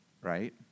right